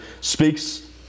speaks